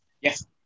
yes